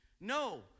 no